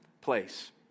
place